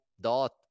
DOT